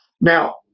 Now